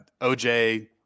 OJ